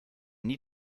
need